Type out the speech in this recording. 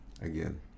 again